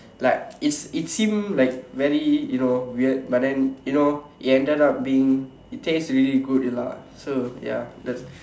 like it it seem like very you know weird but then you know it ended up being it tastes really good lah so ya just